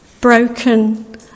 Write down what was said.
broken